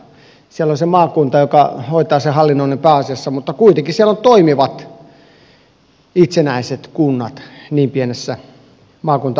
siellä on se maakunta joka hoitaa sen hallinnoinnin pääasiassa mutta kuitenkin siellä on toimivat itsenäiset kunnat niin pienessä maakunta alueessa